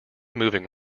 moving